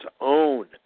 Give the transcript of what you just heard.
own